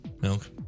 Milk